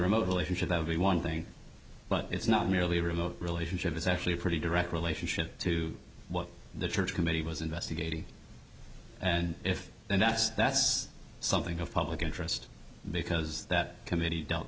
remote relationship that would be one thing but it's not merely a remote relationship it's actually a pretty direct relationship to what the church committee was investigating and if and that's that's something of public interest because that committee don't